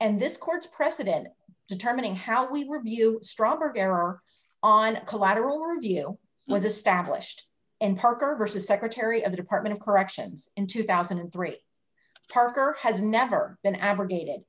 and this court's precedent determining how we review stromberg error on collateral review was established in parker versus secretary of the department of corrections in two thousand and three parker has never been abrogated